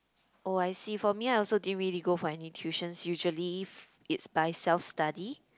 oh I see for me I also didn't really go for any tuitions usually f~ it's by self study